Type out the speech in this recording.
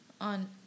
on